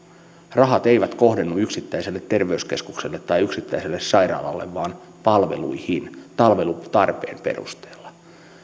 rahat eivät kohdennu yksittäiselle terveyskeskukselle tai yksittäiselle sairaalalle vaan palveluihin palvelutarpeen perusteella